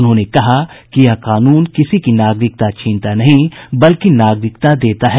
उन्होंने कहा यह कानून किसी की नागरिकता छीनता नहीं बल्कि नागरिकता देता है